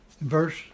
verse